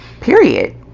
Period